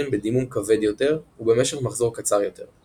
בדימום כבד יותר ובמשך מחזור קצר יותר.